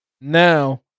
now